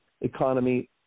economy